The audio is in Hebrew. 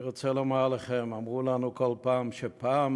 אני רוצה לומר לכם, אמרו לנו כל פעם שפעם,